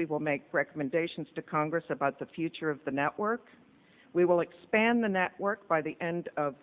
we will make recommendations to congress about the future of the network we will expand the network by the end of